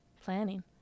planning